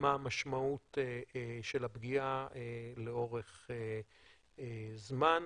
מה המשמעות של הפגיעה לאורך זמן?